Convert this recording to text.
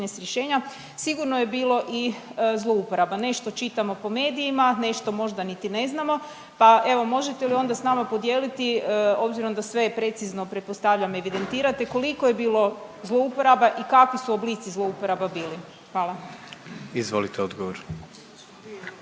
rješenja sigurno je bilo i zlouporaba, nešto čitamo po medijima, nešto možda niti ne znamo pa evo možete li onda s nama podijeliti obzirom da sve precizno pretpostavljam evidentirate, koliko je bilo zlouporaba i kakvi su oblici zlouporaba bili? Hvala. **Jandroković,